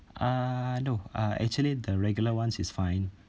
uh no uh actually the regular ones is fine